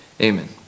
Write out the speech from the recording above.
Amen